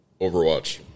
Overwatch